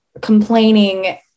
complaining